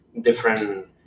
different –